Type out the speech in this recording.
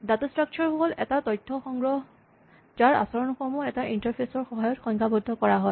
data structure হ'ল এটা তথ্যৰ সংগ্ৰহ যাৰ আচৰণসমূহ এটা ইন্টাৰফেচ ৰ সহায়ত সংজ্ঞাবদ্ধ কৰা হয়